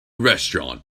restaurant